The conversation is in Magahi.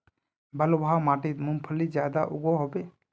बलवाह माटित मूंगफली ज्यादा उगो होबे?